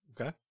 Okay